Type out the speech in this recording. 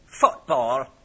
Football